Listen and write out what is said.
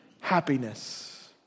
happiness